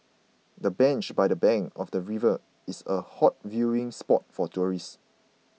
the bench by the bank of the river is a hot viewing spot for tourists